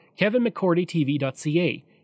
KevinMcCordyTV.ca